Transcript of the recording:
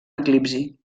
eclipsi